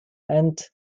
and